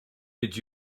did